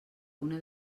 una